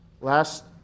last